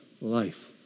life